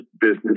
business